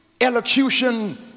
elocution